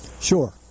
Sure